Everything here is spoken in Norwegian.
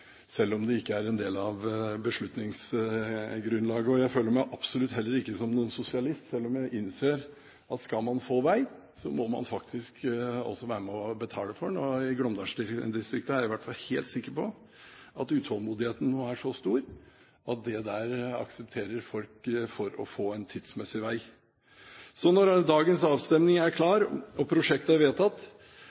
selv om det ikke er en del av beslutningsgrunnlaget. Jeg føler meg absolutt heller ikke som noen sosialist, selv om jeg innser at skal man få vei, må man faktisk også være med og betale for den. I Glåmdalsdistriktet er jeg i hvert fall helt sikker på at utålmodigheten nå er så stor at det aksepterer folk for å få en tidsmessig vei. Så når dagens avstemning er klar, og prosjektet er vedtatt,